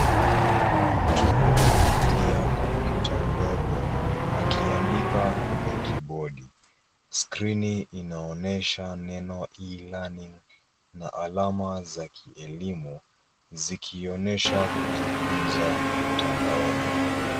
Mtu anatumia kompyuta ndogo, akiandika kwenye kibodi. Skrini inaonyesha neno e-learning na alama za kielimu, zikionyesha kujifunza mtandaoni.